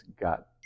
got